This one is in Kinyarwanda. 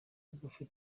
bugufi